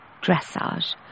dressage